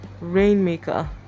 rainmaker